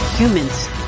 Humans